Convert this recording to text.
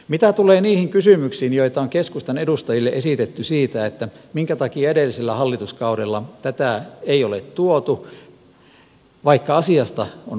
mitä tulee niihin kysymyksiin joita on keskustan edustajille esitetty siitä minkä takia edellisellä hallituskaudella tätä ei tuotu vaikka asiasta oli puhuttu